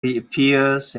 reappears